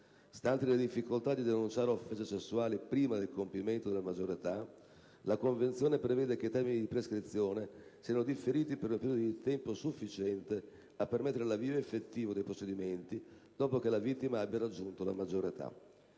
Stanti le difficoltà di denunciare offese sessuali prima del compimento della maggiore età, la Convenzione prevede che i termini di prescrizione siano differiti per un periodo di tempo sufficiente a permettere l'avvio effettivo dei procedimenti dopo che la vittima abbia raggiunto la maggiore età.